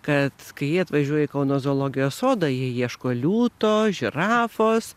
kad kai jie atvažiuoja į kauno zoologijos sodą jie ieško liūto žirafos